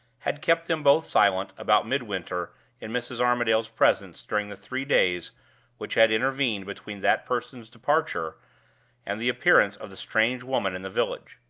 had kept them both silent about midwinter in mrs. armadale's presence during the three days which had intervened between that person's departure and the appearance of the strange woman in the village.